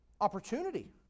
Opportunity